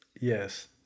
Yes